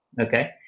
okay